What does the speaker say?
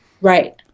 Right